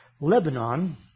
Lebanon